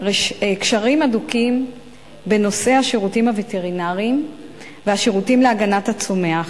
קשרים הדוקים בנושאי השירותים הווטרינריים והשירותים להגנת הצומח,